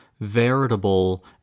veritable